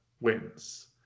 wins